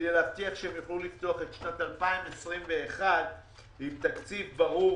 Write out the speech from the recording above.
על-מנת להבטיח שהם יוכלו לפתוח את שנת 2021 עם תקציב ברור,